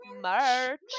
merch